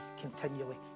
continually